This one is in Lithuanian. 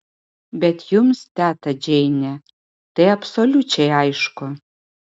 bet jums teta džeine tai absoliučiai aišku